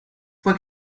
fue